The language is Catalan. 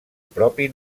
propi